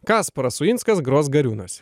kasparas uinskas gros gariūnuose